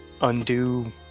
undo